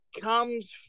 comes